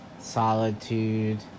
solitude